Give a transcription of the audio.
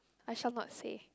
I shall not say